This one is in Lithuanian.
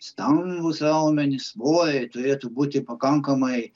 stambūs raumenys svoriai turėtų būti pakankamai